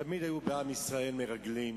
תמיד היו בעם ישראל מרגלים,